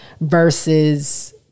versus